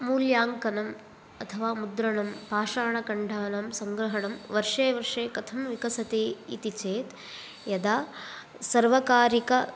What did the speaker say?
मूल्याङ्कनम् अथवा मुद्रणम् पाषाणखण्डानं सङ्ग्रहणं वर्षे वर्षे कथं विकसति इति चेत् यदा सर्वकारिक